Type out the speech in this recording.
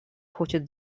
хочет